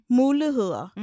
muligheder